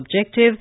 objective